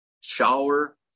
shower